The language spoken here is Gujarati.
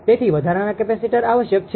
તેથી વધારાના કેપેસિટર આવશ્યક છે